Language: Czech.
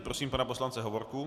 Prosím pana poslance Hovorku.